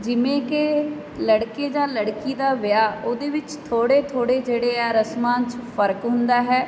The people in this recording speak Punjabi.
ਜਿਵੇਂ ਕਿ ਲੜਕੇ ਜਾਂ ਲੜਕੀ ਦਾ ਵਿਆਹ ਉਹਦੇ ਵਿੱਚ ਥੋੜ੍ਹੇ ਥੋੜ੍ਹੇ ਜਿਹੜੇ ਆ ਰਸਮਾਂ 'ਚ ਫਰਕ ਹੁੰਦਾ ਹੈ